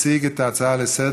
הצעה מס'